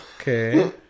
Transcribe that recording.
Okay